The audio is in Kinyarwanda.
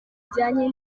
bijyanye